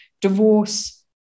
divorce